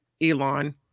elon